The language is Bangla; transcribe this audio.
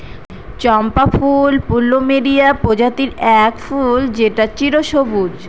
চম্পা ফুল প্লুমেরিয়া প্রজাতির এক ফুল যেটা চিরসবুজ